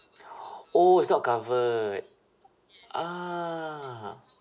oh it's not covered ah